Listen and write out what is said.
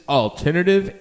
alternative